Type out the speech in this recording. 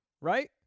Right